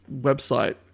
website